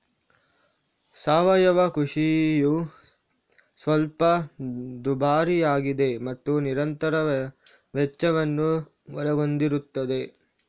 ಸಾವಯವ ಕೃಷಿಯು ಸ್ವಲ್ಪ ದುಬಾರಿಯಾಗಿದೆ ಮತ್ತು ನಿರಂತರ ವೆಚ್ಚವನ್ನು ಒಳಗೊಂಡಿರುತ್ತದೆ